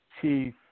Chief